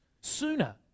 sooner